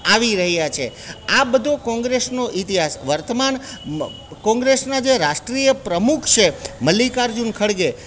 આવી રહ્યા છે આ બધો કોંગ્રેસનો ઇતિહાસ વર્તમાન કોંગ્રેસના જે રાષ્ટ્રિય પ્રમુખ છે મલ્લિકાઅર્જુન ખળગે